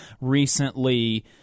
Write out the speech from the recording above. recently